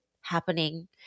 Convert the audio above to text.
happening